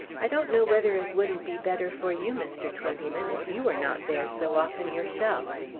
i don't know whether it wouldn't be better for you, mr. twentyman, if you were not there so often yourself.